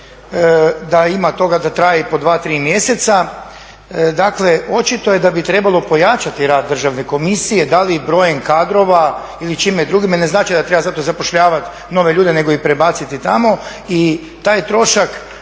da ima toga da traje i po dva, tri mjeseca. Dakle, očito je da bi trebalo pojačati rad Državne komisije da li brojem kadrova ili čime drugim. Ne znači da treba zato zapošljavati nove ljude, nego ih prebaciti tamo. I taj trošak,